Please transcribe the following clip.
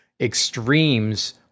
Extremes